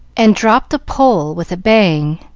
and dropped the pole with a bang.